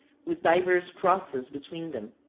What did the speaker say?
with divers crosses between them.